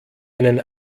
einen